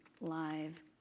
live